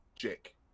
Jake